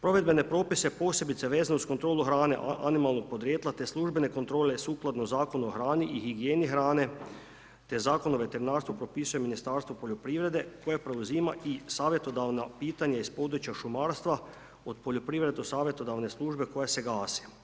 Provedbene propise, posebice vezane uz kontrolu hrane animalnog podrijetla te službene kontrole sukladno Zakonu o hrani i higijeni hrane, te Zakon o veterinarstvu propisuje Ministarstvo poljoprivrede, koje preuzima i savjetodavna pitanja iz područja šumarstva od poljoprivredne savjetodavne službe koja se gasi.